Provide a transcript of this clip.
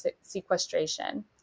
sequestration